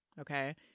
okay